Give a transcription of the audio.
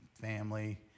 family